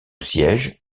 siège